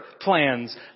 plans